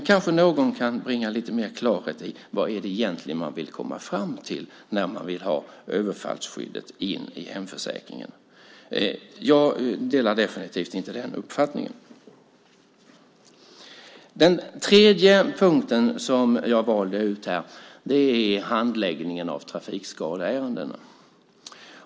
Kanske någon kan bringa lite mer klarhet i vad det egentligen är man vill uppnå genom att inkludera överfallsskyddet i hemförsäkringen. Jag delar definitivt inte den uppfattningen. Den tredje punkt som jag har valt ut handlar om handläggningen av trafikskadeärendena.